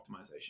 optimization